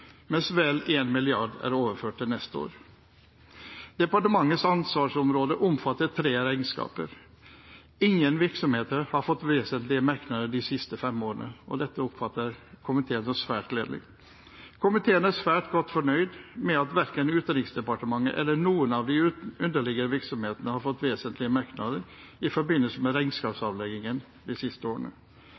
mens vel 1 mrd. kr er overført til neste år. Departementets ansvarsområde omfatter tre regnskaper. Ingen virksomheter har fått vesentlige merknader de siste fem årene, og dette synes komiteen er svært gledelig. Komiteen er svært godt fornøyd med at verken Utenriksdepartementet eller noen av de underliggende virksomhetene har fått vesentlige merknader i forbindelse med regnskapsavleggingen de siste årene.